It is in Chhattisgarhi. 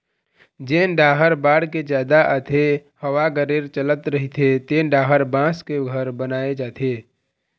जेन डाहर बाड़गे जादा आथे, हवा गरेर चलत रहिथे तेन डाहर बांस के घर बनाए जाथे